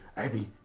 abby